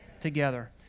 Together